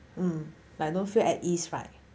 mm like don't feel at ease right